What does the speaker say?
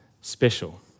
special